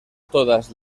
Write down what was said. todas